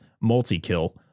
multi-kill